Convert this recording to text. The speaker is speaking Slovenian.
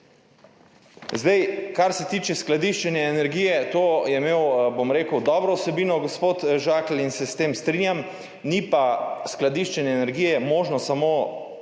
no. Kar se tiče skladiščenja energije, to je imel dobro vsebino gospod Žakelj in se s tem strinjam, ni pa skladiščenje energije možno samo